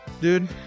dude